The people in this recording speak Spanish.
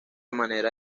manera